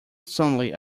suddenly